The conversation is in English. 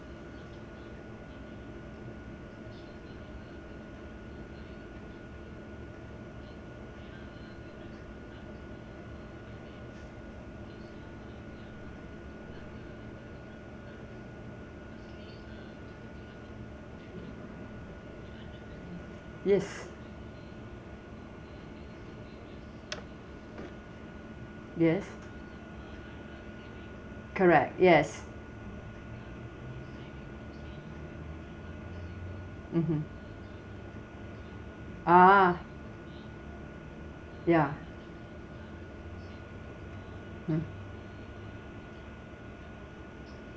yes yes correct yes mmhmm ah ya hmm